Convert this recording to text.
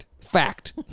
Fact